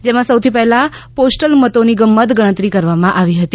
જેમાં સૌથી પહેલાં પોસ્ટલ મતોની મતગણતરી કરવામાં આવી હતી